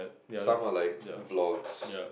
somewhat like vlogs